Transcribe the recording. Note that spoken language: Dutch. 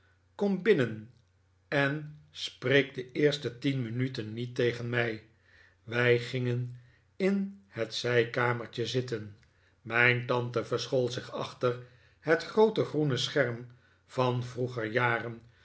kom binnen en spreek de eerste tien minuten niet tegen mij wij gingen in het zijkamertje zitten mijn tante verschool zich achter het groote groene sch rm van vroeger jaren